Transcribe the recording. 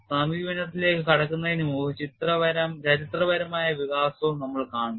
സമീപനത്തിലേക്ക് കടക്കുന്നതിന് മുമ്പ് ചരിത്രപരമായ വികാസവും നമ്മൾ കാണും